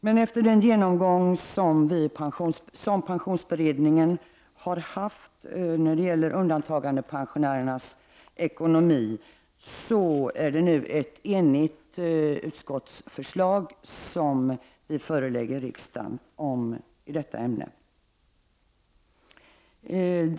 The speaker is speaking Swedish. Men efter den genomgång pensionsberedningen har gjort när det gäller undantagandepensionärernas ekonomi är det nu ett enigt utskottsförslag som läggs fram i detta ämne.